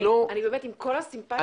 באמת עם כל הסימפטיה,